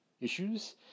issues